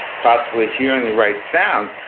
possibly hearing the right sounds,